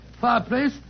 fireplace